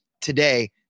today